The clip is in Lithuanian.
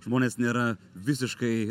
žmonės nėra visiškai